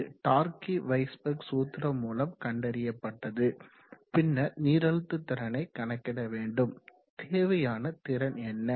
இது Darcy Weisbach சூத்திரம் மூலம் கண்டறியப்பட்டது பின்னர் நீரழுத்த திறனை கணக்கிட வேண்டும் தேவையான திறன் என்ன